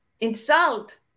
insult